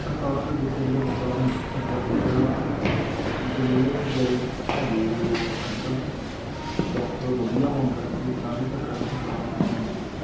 ਕਤਾਰਾਂ ਤਾਂ ਦੇਖੋ ਜੀ ਹਸਪਤਾਲ ਹੁਣ ਸਰਕਾਰੀ ਆ ਜਿੰਨੇ ਬਿਚਾਰੇ ਹੈਗੇ ਆ ਲੋਕ ਅੱਜ ਕੱਲ੍ਹ ਡਾਕਟਰ ਵਧੀਆ ਹੋਣ ਕਰਕੇ ਸਾਰੇ ਸਰਕਾਰੀ ਹਸਪਤਾਲਾਂ ਵਿੱਚ ਹੀ ਜਾਂਦੇ ਆ